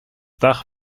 dach